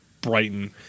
Brighton